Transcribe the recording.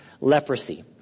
leprosy